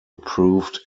approved